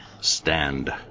Stand